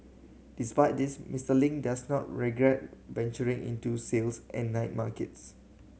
despite this Mister Ling does not regret venturing into sales at night markets